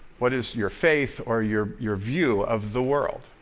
what is your faith or your your view of the world?